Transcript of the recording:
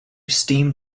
steam